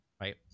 right